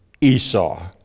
Esau